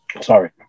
sorry